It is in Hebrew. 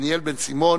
דניאל בן-סימון